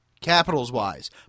Capitals-wise